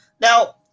Now